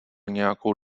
nějakou